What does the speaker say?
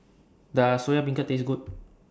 Does Soya Beancurd Taste Good